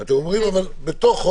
אבל אתם אומרים שבפנים אפשר.